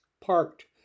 parked